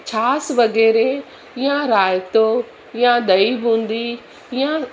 छाछ वग़ैरह या रायतो या दही बूंदी या